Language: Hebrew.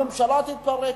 הממשלה תתפרק,